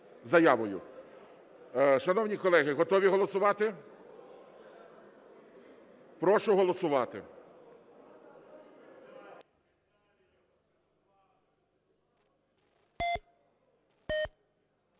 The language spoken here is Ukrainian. заявою. Шановні колеги, готові голосувати? Прошу голосувати.